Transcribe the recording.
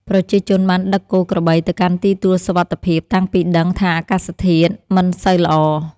ប្រជាជនបានដឹកគោក្របីទៅកាន់ទីទួលសុវត្ថិភាពតាំងពីដឹងថាអាកាសធាតុមិនសូវល្អ។